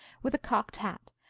with a cocked hat,